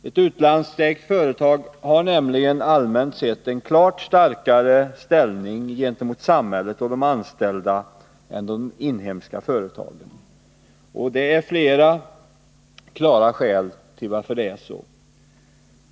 Ett utlandsägt företag har nämligen, allmänt sett, en klart starkare ställning gentemot samhället och de anställda än de inhemska företagen. Det finns flera klara anledningar.